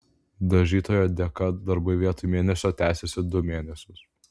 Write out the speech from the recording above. dažytojo dėka darbai vietoj mėnesio tęsėsi du mėnesius